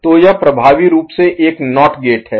तो यह प्रभावी रूप से एक नॉट गेट है